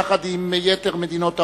יחד עם יתר מדינות העולם,